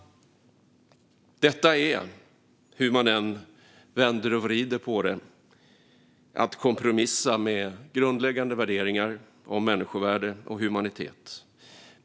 Detta är, hur man än vänder och vrider på det, att kompromissa med grundläggande värderingar om människovärde och humanitet.